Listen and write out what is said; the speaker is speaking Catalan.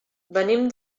venim